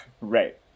Right